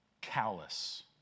callous